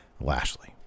Lashley